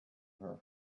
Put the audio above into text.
her